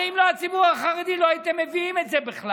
הרי אם לא הציבור החרדי לא הייתם מביאים את זה בכלל.